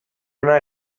ona